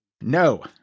No